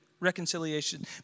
reconciliation